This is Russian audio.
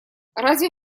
разве